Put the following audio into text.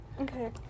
Okay